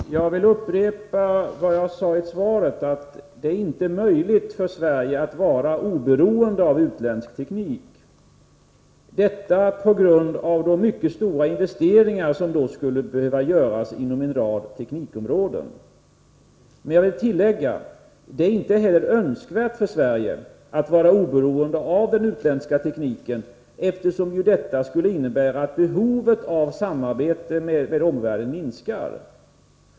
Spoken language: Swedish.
Herr talman! Jag vill upprepa vad jag sade i svaret: Det är inte möjligt för Sverige att vara oberoende av utländsk teknik, detta på grund av de mycket stora investeringar som då skulle behöva göras inom en rad teknikområden. Men jag vill tillägga att det inte heller är önskvärt för Sverige att vara oberoende av den utländska tekniken, eftersom ju detta skulle innebära att behovet av samarbete med omvärlden minskar.